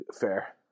Fair